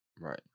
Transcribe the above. right